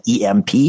EMP